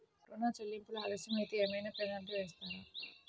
ఋణ చెల్లింపులు ఆలస్యం అయితే ఏమైన పెనాల్టీ వేస్తారా?